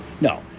No